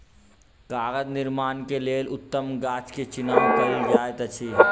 कागज़ निर्माण के लेल उत्तम गाछ के चुनाव कयल जाइत अछि